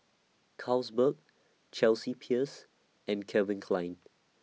Carlsberg Chelsea Peers and Calvin Klein